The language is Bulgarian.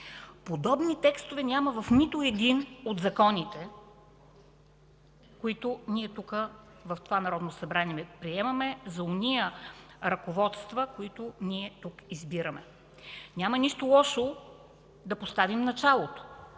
Подобни текстове няма нито в един от законите, които ние тук, в това Народно събрание, приемаме за онези ръководства, които избираме. Няма нищо лошо да поставим началото,